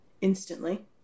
instantly